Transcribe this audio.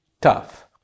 Tough